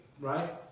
right